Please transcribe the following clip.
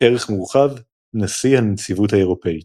ערך מורחב – נשיא הנציבות האירופית